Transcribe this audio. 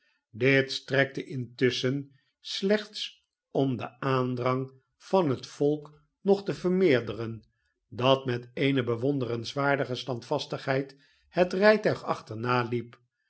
dit strekte intusschen slechts om den aandrang van het volk nog te vermeerderen dat met eene bewonderenswaardige standvastigheid het rijtuig achternaliep